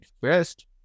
first